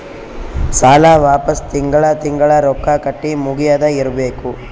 ಸಾಲ ವಾಪಸ್ ತಿಂಗಳಾ ತಿಂಗಳಾ ರೊಕ್ಕಾ ಕಟ್ಟಿ ಮುಗಿಯದ ಇರ್ಬೇಕು